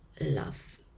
love